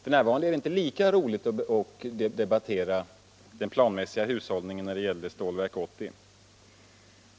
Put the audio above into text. F.n. är det inte lika roligt att debattera den planmässiga hushållningen när det gäller Stålverk 80.